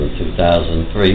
2003